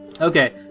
Okay